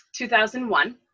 2001